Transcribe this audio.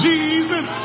Jesus